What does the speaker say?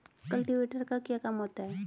Cultivator का क्या काम होता है?